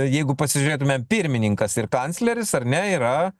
jeigu pasižiūrėtumėm pirmininkas ir kancleris ar ne yra